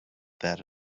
that